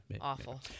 Awful